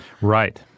Right